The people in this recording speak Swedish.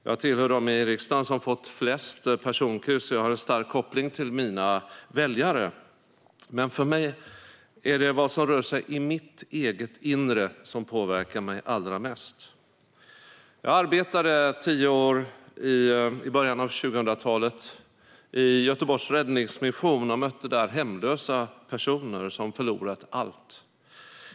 Jag tillhör dem i riksdagen som har fått flest personkryss och har en stark koppling till mina väljare. Men för mig är det vad som rör sig i mitt eget inre som påverkar mig allra mest. Jag arbetade under tio år i början av 2000-talet i Göteborgs Räddningsmission. Där mötte jag hemlösa personer som förlorat allt.